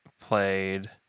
played